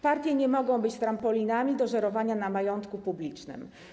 Partie nie mogą być trampolinami do żerowania na majątku publicznym.